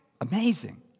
Amazing